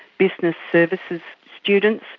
business services students,